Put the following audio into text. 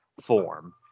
form